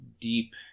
deep